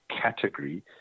category